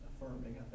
affirming